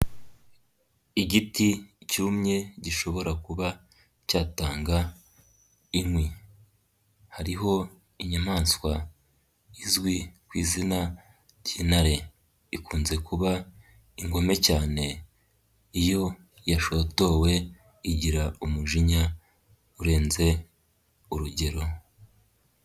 Igiti cyumye gishobora kuba, cyatanga, inkwi. Hariho inyamanswa, izwi ku izina ry'intare, ikunze kuba ingome cyane. Iyo yashotowe igira umujinya, urenze urugero.